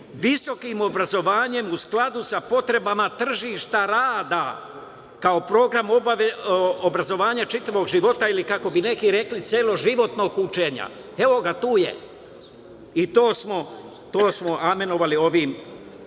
visokim obrazovanjem u skladu sa potrebama tržišta rada kao program obrazovanja čitavog života ili kako bi neki rekli - celoživotnog učenja. Evo ga, tu je. To smo aminovali ovim zakonom.